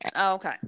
Okay